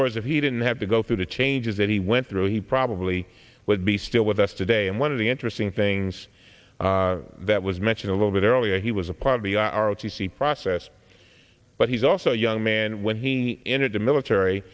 words if he didn't have to go through the changes that he went through he probably would be still with us today and one of the interesting things that was mentioned a little bit earlier he was a part of the r o t c process but he's also young man when he entered the military